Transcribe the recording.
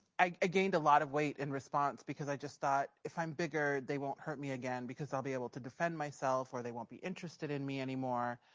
i gained a lot of weight in response, because i just thought, if i'm bigger, they won't hurt me again. because i'll be able to defend myself. or they won't be interested in me anymore.